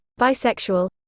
bisexual